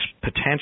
potential